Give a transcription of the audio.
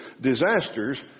disasters